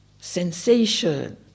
Sensation